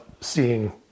seeing